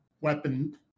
weapon